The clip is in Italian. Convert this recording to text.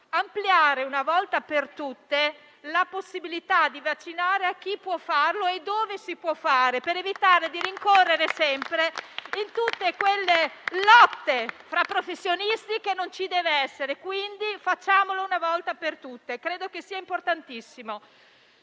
ampliare una volta per tutte la possibilità di vaccinare a coloro che possono farlo e nei luoghi dove ciò si può fare, per evitare di incorrere sempre in tutte quelle lotte fra professionisti che non ci devono essere. Quindi facciamolo una volta per tutte, credo che sia importantissimo.